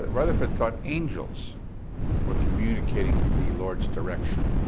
rutherford thought angels were communicating the lord's direction.